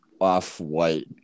off-white